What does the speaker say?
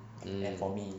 mm